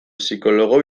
psikologo